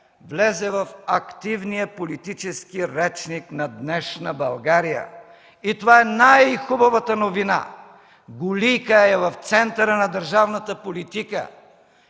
влезе в активния политически речник на днешна България и това е най-хубавата новина – Гулийка е в центъра на държавната политика.